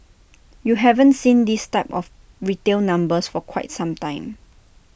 you haven't seen this type of retail numbers for quite some time